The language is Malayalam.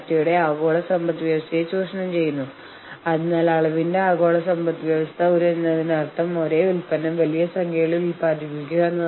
സംയോജിത വിലപേശൽ എന്നത് ശ്രദ്ധയെ സൂചിപ്പിക്കുന്നു ഇത് നിങ്ങളുടെ നിബന്ധനകൾ അംഗീകരിക്കുന്നതിന്റെ പ്രയോജനങ്ങൾ വളരെ ഉയർന്നതായിരിക്കുമെന്ന് ചർച്ചകളിൽ നിങ്ങളുടെ എതിരാളിയെ ബോധ്യപ്പെടുത്തുന്നതിനെ സൂചിപ്പിക്കുന്നു